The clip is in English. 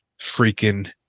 freaking